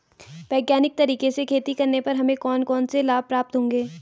वैज्ञानिक तरीके से खेती करने पर हमें कौन कौन से लाभ प्राप्त होंगे?